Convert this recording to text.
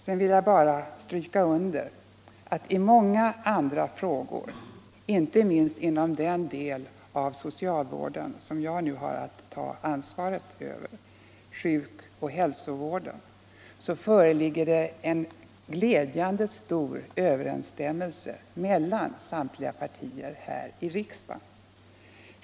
Sedan vill jag bara stryka under att i många andra frågor, "inte minst inom den del av socialvården som jag nu har att ta ansvaret för, sjukoch hälsovården, föreligger det en glädjande stor överensstämmelse mellan samtliga partier här i riksdagen.